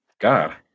God